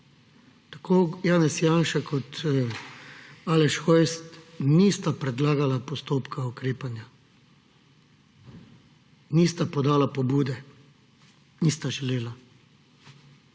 Tako Janez Janša kot Aleš Hojs nista predlagala postopka ukrepanja, nista podala pobude, nista želela.